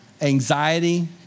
anxiety